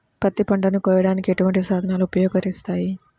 పత్తి పంటను కోయటానికి ఎటువంటి సాధనలు ఉపయోగిస్తారు?